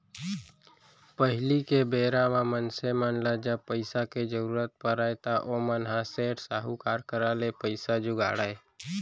पहिली के बेरा म मनसे मन ल जब पइसा के जरुरत परय त ओमन ह सेठ, साहूकार करा ले पइसा जुगाड़य